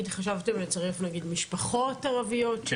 חשבתם לצרף משפחות ערביות?